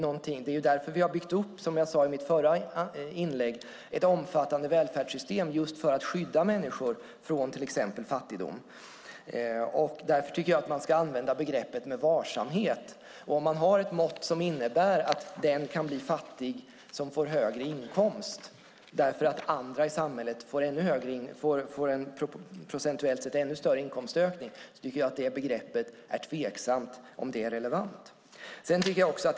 Vi har, som jag sade i mitt förra inlägg, byggt upp ett omfattande välfärdssystem just för att skydda människor från till exempel fattigdom. Därför tycker jag att man ska använda begreppet med varsamhet. Om man har ett mått som innebär att den som får en högre inkomst kan bli fattig därför att andra i samhället får en procentuellt sett ännu större inkomstökning är det tveksamt om det måttet är relevant.